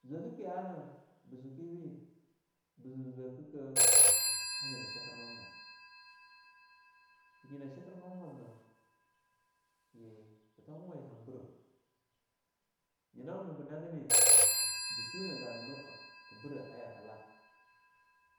Zwakah ke anah ba zu-kebe, bah zuzwakah kah a nyina shiker mamwah, ta nyina shikir mam-wamna ye thethoma waye han birow, nyina wamnah ba nagine ba shunah gananu'a eing birah a yakalah